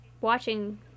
watching